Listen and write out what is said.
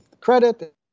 credit